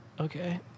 Okay